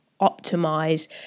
optimize